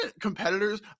competitors